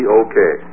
okay